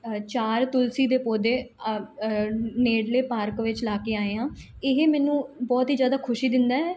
ਚਾਰ ਤੁਲਸੀ ਦੇ ਪੌਦੇ ਨੇੜਲੇ ਪਾਰਕ ਵਿੱਚ ਲਾ ਕੇ ਆਏ ਹਾਂ ਇਹ ਮੈਨੂੰ ਬਹੁਤ ਹੀ ਜ਼ਿਆਦਾ ਖੁਸ਼ੀ ਦਿੰਦਾ